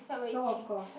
so of course